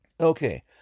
Okay